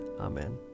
Amen